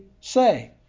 say